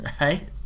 right